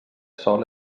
sòl